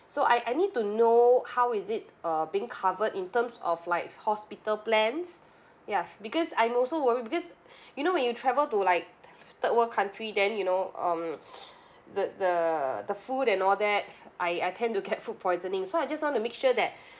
so I I need to know how is it uh being covered in terms of like hospital plans ya because I'm also worry because you know when you travel to like third world country then you know um the the the food and all that I I tend to get food poisoning so I just want to make sure that